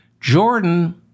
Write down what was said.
Jordan